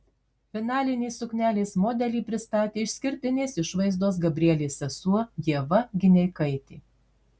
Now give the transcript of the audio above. finalinį suknelės modelį pristatė išskirtinės išvaizdos gabrielės sesuo ieva gineikaitė